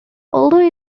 although